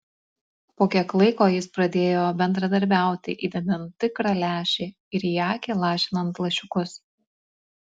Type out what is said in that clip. po kiek laiko jis pradėjo bendradarbiauti įdedant tikrą lęšį ir į akį lašinant lašiukus